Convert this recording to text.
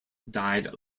died